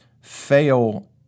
fail